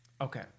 Okay